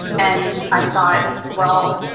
and i thought well,